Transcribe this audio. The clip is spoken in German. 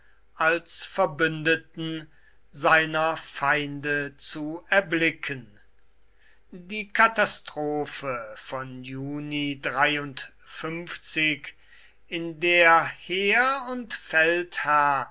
als verbündeten seiner feinde zu erblicken die katastrophe von juni in der heer und